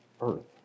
earth